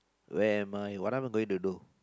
when my what am I going to do